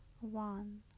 one